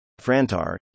Frantar